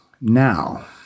now